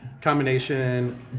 combination